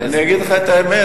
אני אגיד לך את האמת,